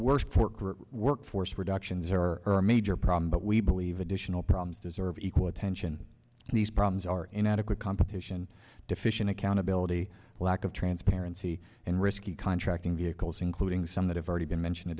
worst workforce reductions or or major problem but we believe additional problems deserve equal attention and these problems are inadequate competition deficient accountability lack of transparency and risky contracting vehicles including some that have already been mentioned